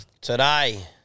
today